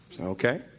Okay